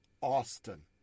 Austin